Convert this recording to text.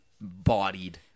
bodied